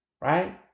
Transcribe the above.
right